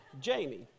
Jamie